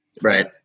Right